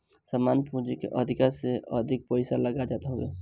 सामान्य पूंजी के अधिका से अधिक पईसा लाग जात हवे